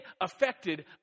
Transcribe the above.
affected